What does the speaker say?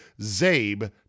ZABE